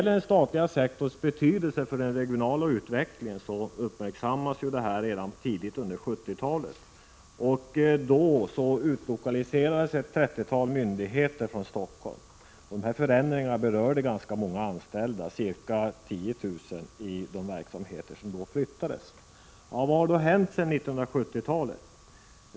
Den statliga sektorns betydelse för den regionala utvecklingen uppmärksammades tidigt under 1970-talet, och då utlokaliserades ett trettiotal myndigheter från Stockholm. Dessa förändringar berörde ganska många anställda — ca 10 000—i de verksamheter som då flyttades. Och vad har hänt sedan 1970-talet?